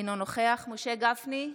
אינו נוכח משה גפני,